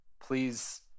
please